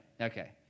okay